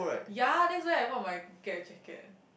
ya that's why I bought my Gap jacket eh